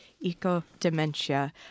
Eco-Dementia